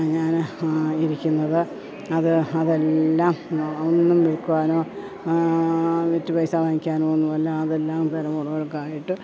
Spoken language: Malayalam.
ഞാൻ ഇരിക്കുന്നത് അത് അതെല്ലാം ഒന്നും വിൽക്കുവാനോ വിറ്റ് പൈസ വാങ്ങിക്കാനോ ഒന്നുമല്ല അതെല്ലാം തലമുറകൾക്കായിട്ട്